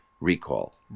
recall